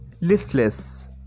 listless